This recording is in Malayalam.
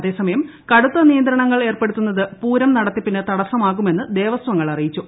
അതേസമയം കടുത്ത നിയന്ത്രണങ്ങൾ ഏർപ്പെടുത്തുന്നത് പൂരം നടത്തിപ്പിന് തടസ്സമാകുമെന്ന് ദേവസ്വങ്ങൾ അറിയിച്ചു